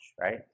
right